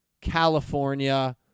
California